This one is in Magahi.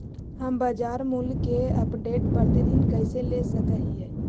हम बाजार मूल्य के अपडेट, प्रतिदिन कैसे ले सक हिय?